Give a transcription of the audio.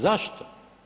Zašto?